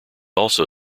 also